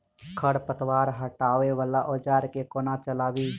खरपतवार हटावय वला औजार केँ कोना चलाबी?